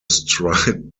striped